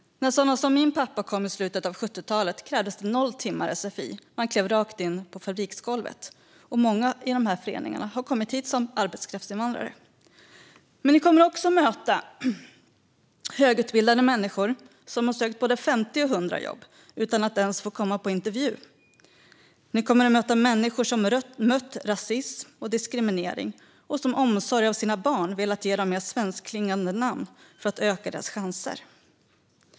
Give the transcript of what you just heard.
När sådana som min pappa kom i slutet av 70-talet krävdes noll timmar sfi; man klev rakt in på fabriksgolvet. Många i dessa föreningar har kommit hit som arbetskraftsinvandrare. Men ni kommer också att möta högutbildade människor som har sökt både 50 och 100 jobb utan att ens få komma på intervju. Ni kommer att möta människor som mött rasism och diskriminering och som av omsorg om sina barn velat ge dem mer svenskklingande namn för att öka deras chanser.